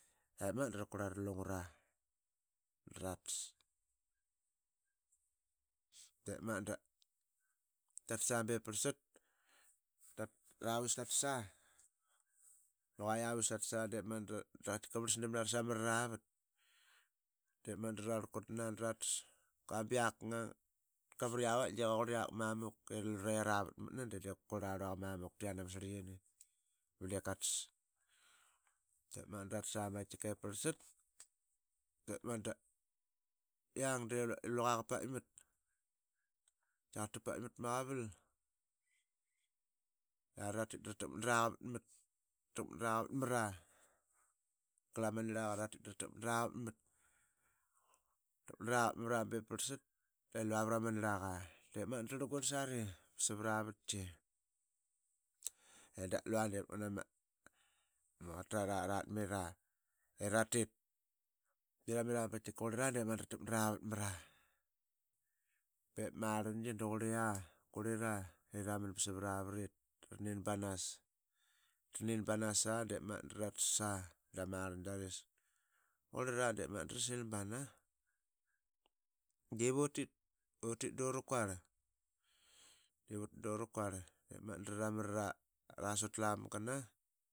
Drakurlarara ralungra dratas. dep magat dratsa. dep magat dratsa bvarlsat daravis tatsa luqa ya vis tatsa da qaitka vrasdam nara samravavat. Dep magat drararlkutna drats. da qua biak qangang. da qa vritk avai da qa qurl yak mamuk elure aravatmatna de diip kukuarl arluvaqa mamuk ti yani amarsrlikini ba diip qatas. dep magat dratsa bep prlsat de magat davriang dluqa qa paitmat. Qaitaqarl ta paitmat pama qaval. Tatit dratakmat nara qavatmat tatakmat nara qavatmra glama nirlaqa i ratit dratakmat nara qavatmat. barlsat i lua glama nirlaqa de magat drarlguirl svara vatqi. Datlua devat ngana ma quata araratmira iratit tatira baqaitika qurlira drata kmat nara qavatmara. Da qurlia. qurlira dramit svaravrit dranin banas. Tanin banasa tratsa dama rlngiaris. Qurlira dep magat drasil bana divutit. utit dura quarl. dep magat dramrara sutlamgna